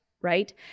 right